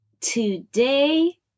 Today